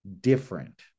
different